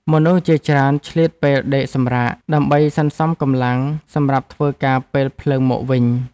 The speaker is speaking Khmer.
មនុស្សជាច្រើនឆ្លៀតពេលដេកសម្រាក ដើម្បីសន្សំកម្លាំងសម្រាប់ធ្វើការពេលភ្លើងមកវិញ។